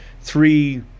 three